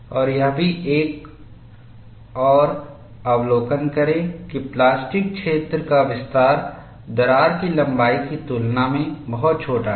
और यह भी एक और अवलोकन करें कि प्लास्टिक क्षेत्र का विस्तार दरार की लंबाई की तुलना में बहुत छोटा है